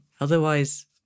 Otherwise